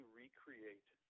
recreate